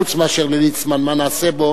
חוץ מאשר לליצמן, מה נעשה בו,